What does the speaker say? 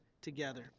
together